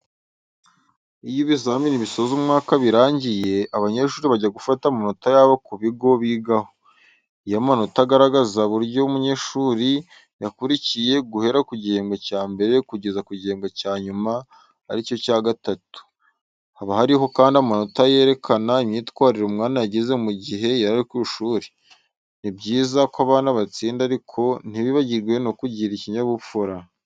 Iyo ibizamini bisoza umwaka birangiye, abanyeshuri bajya gufata amanota yabo ku bigo bigaho, ayo manota agaragaza uburyo umunyeshuri yakurikiye guhera mu gihebwe cya mbere kugeza mu gihebwe cyanyuma aricyo cya gatatu, haba hariho kandi amanota yerekana imyitwarire umwana yagize mu gihe yari ku ishuri. Ni byiza ko abana batsinda ariko ntibibagirwe no kugira ikinyabupfura.